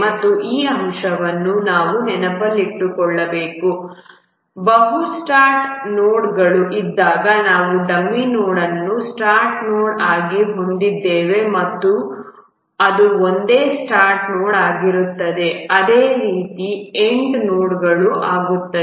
ಮತ್ತು ಈ ಅಂಶವನ್ನು ನಾವು ನೆನಪಿನಲ್ಲಿಟ್ಟುಕೊಳ್ಳಬೇಕು ಬಹು ಸ್ಟಾರ್ಟ್ ನೋಡ್ಗಳು ಇದ್ದಾಗ ನಾವು ಡಮ್ಮಿ ನೋಡ್ ಅನ್ನು ಸ್ಟಾರ್ಟ್ ನೋಡ್ ಆಗಿ ಹೊಂದಿದ್ದೇವೆ ಅದು ಒಂದೇ ಸ್ಟಾರ್ಟ್ ನೋಡ್ ಆಗಿರುತ್ತದೆ ಅದೇ ರೀತಿ ಎಂಡ್ ನೋಡ್ಗು ಆಗುತ್ತದೆ